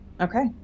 Okay